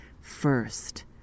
first